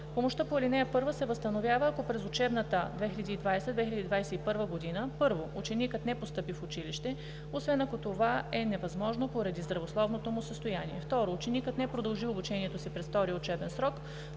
Помощта по ал. 1 се възстановява, ако през учебната 2020/2021 г.: 1. ученикът не постъпи в училище, освен ако това е невъзможно поради здравословното му състояние; 2. ученикът не продължи обучението си през втория учебен срок